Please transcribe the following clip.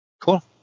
Cool